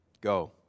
Go